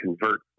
convert